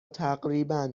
تقریبا